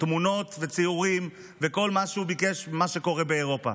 תמונות וציורים וכל מה שהוא ביקש על מה שקורה באירופה.